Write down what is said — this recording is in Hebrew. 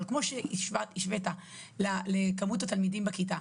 אבל כמו שהשווית לכמות התלמידים בכיתה,